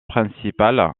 principale